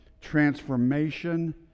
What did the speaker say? transformation